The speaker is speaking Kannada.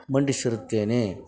ಮಂಡಿಸಿರುತ್ತೇನೆ